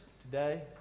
today